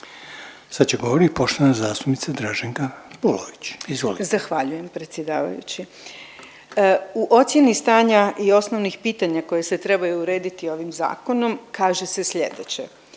Polović. Izvolite. **Polović, Draženka (Možemo!)** Zahvaljujem predsjedavajući. U ocjeni stanja i osnovnih pitanja koji se trebaju urediti ovim zakonom kaže se slijedeće.